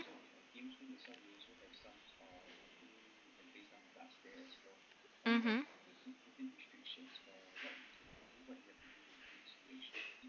mmhmm